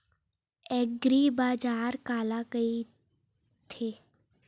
एग्रीबाजार काला कइथे?